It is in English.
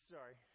Sorry